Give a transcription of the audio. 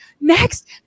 next